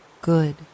good